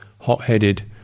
hot-headed